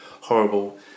horrible